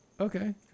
Okay